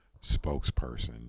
spokesperson